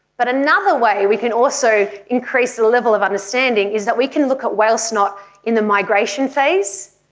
but another way we can also increase the the level of understanding is that we can look at whale snot in the migration phase,